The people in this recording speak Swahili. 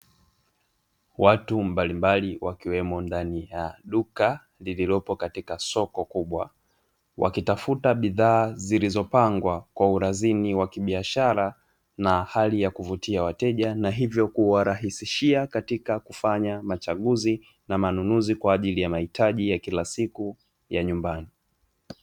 Watu mbalimbali wakiwemo ndani ya duka, lililopo katika soko kubwa, wakitafuta bidhaa zilizopangwa kwa urazini wa kibiashara na hali ya kuvutia wateja na hivyo kuwarahisishia katika kufanya machaguzi na manunuzi kwa ajili ya mahitaji ya kila siku ya nyumbani.